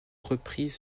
repris